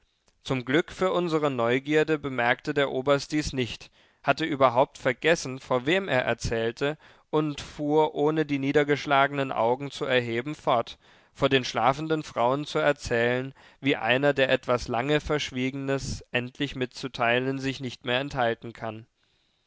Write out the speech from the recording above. zum glück für unsere neugierde bemerkte der oberst dies nicht hatte überhaupt vergessen vor wem er erzählte und fuhr ohne die niedergeschlagenen augen zu erheben fort vor den schlafenden frauen zu erzählen wie einer der etwas lange verschwiegenes endlich mitzuteilen sich nicht mehr enthalten kann